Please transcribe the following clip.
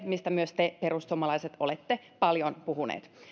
mistä myös te perussuomalaiset olette paljon puhuneet